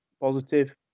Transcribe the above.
positive